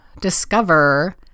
discover